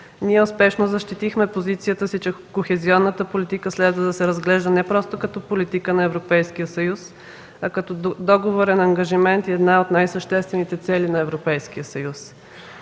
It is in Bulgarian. Ние успешно защитихме позицията, че кохезионната политика следва да се разглежда не просто като политика на Европейския съюз, а като договорен ангажимент и една от най-съществените цели на Европейския съюз.